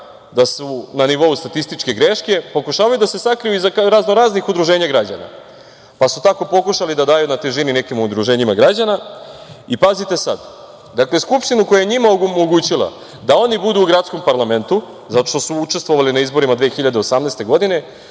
da su na nivou statističke greške, pokušavaju da se sakriju iza raznoraznih udruženja građana. Tako su pokušali da daju na težini nekim udruženjima građana. Pazite sad. Dakle, Skupštinu koja je njima omogućila da oni budu u gradskom parlamentu zato što su učestvovali na izborima 2018. godine